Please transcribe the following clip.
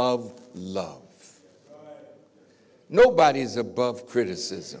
of love nobody is above criticism